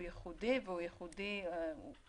ייחודי והוא ראשוני.